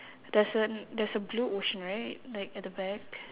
there's an there's a blue ocean right like at the back